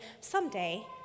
someday